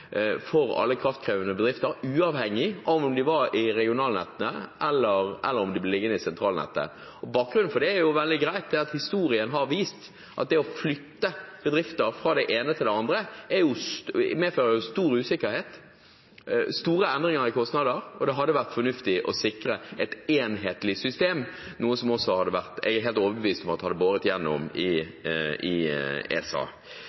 for alle kraftkrevende bedrifter, uavhengig av om de er i regionalnettene eller om de blir liggende i sentralnettet. Bakgrunnen for det er veldig grei: Historien har vist at det å flytte bedrifter fra det ene til det andre medfører stor usikkerhet og store endringer i kostnader. Det hadde vært fornuftig å sikre et enhetlig system, noe som jeg også er helt overbevist om hadde holdt i ESA.